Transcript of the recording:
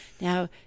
now